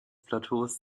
plateaus